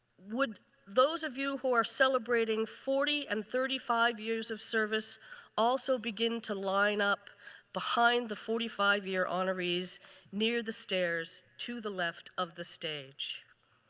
would those of you who are celebrating forty and thirty five years of service also begin to line up behind the forty five year honorees near the stairs to the left of the stage?